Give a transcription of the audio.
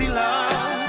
love